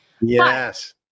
yes